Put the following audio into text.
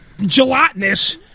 gelatinous